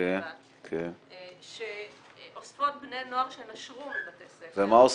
בדרך כלל שאוספות בני נוער שנשרו מבתי ספר.